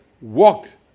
walked